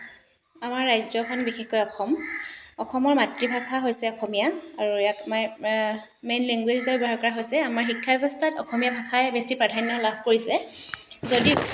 আমাৰ ৰাজ্যখন বিশেষকৈ অসম অসমৰ মাতৃভাষা হৈছে অসমীয়া আৰু ইয়াক মাই মেইন লেংগ্যুৱেজ হিচাপে ব্যৱহাৰ কৰা হৈছে আমাৰ শিক্ষা ব্যৱস্থাত অসমীয়া ভাষাই বেছি প্ৰাধান্য লাভ কৰিছে যদিও